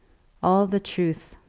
all the truth!